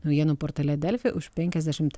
naujienų portale delfi už penkiasdešim